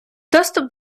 доступ